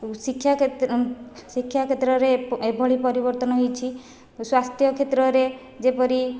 ଶିକ୍ଷା କ୍ଷେତ୍ରରେ ଶିକ୍ଷା କ୍ଷେତ୍ରରେ ଏଭଳି ପରିବର୍ତ୍ତନ ହୋଇଛି ସ୍ଵାସ୍ଥ୍ୟ କ୍ଷେତ୍ରରେ ଯେପରି